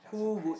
who would